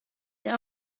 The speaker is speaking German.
der